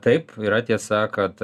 taip yra tiesa kad